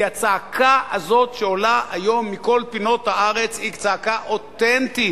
כי הצעקה הזאת שעולה היום מכל פינות הארץ היא צעקה אותנטית,